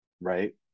right